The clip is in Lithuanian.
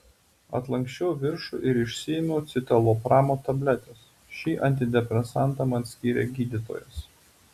atlanksčiau viršų ir išsiėmiau citalopramo tabletes šį antidepresantą man skyrė gydytojas